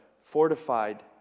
fortified